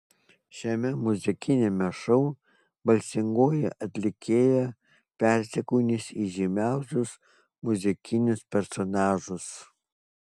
šiame muzikiniame šou balsingoji atlikėja persikūnys į žymiausius muzikinius personažus